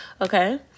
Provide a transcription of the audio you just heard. okay